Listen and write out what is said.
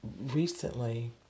recently